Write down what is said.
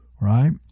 right